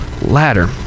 ladder